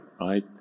right